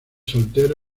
soltero